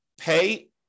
pay